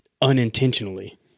unintentionally